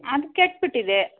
ಅದು ಕೆಟ್ಟುಬಿಟ್ಟಿದೆ